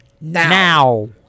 Now